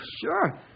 Sure